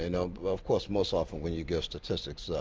you know but of course, most often when you give statistics,